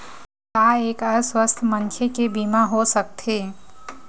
का एक अस्वस्थ मनखे के बीमा हो सकथे?